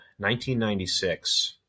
1996